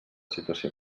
situació